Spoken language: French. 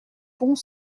pont